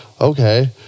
okay